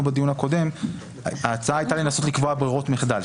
בדיון הקודם ההצעה הייתה לנסות לקבוע ברירות מחדל.